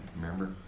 remember